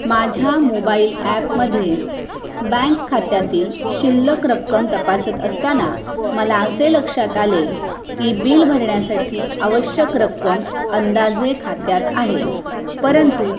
माझ्या मोबाईल ॲपमध्ये बँक खात्यातील शिल्लक रक्कम तपासत असताना मला असे लक्षात आले की बिल भरण्यासाठी आवश्यक रक्कम अंदाजे खात्यात आहे परंतु